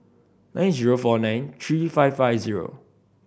nine zero four nine three five five zero